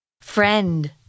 Friend